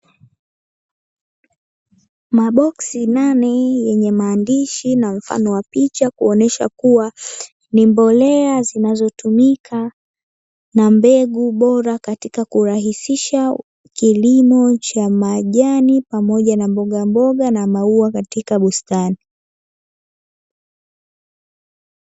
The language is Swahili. Maboksi nane yenye maandishi na mfano wa picha kuonyesha kuwa ni mbolea zinazotumika na mbegu bora katika kurahisisha kilimo cha majani pamoja na mbogamboga na maua katika bustani.